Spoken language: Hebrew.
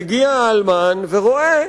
מגיע האלמן ורואה